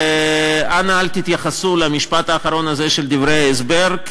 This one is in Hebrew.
אנא אל תתייחסו למשפט האחרון הזה של דברי ההסבר,